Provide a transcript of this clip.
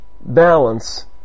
balance